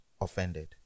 offended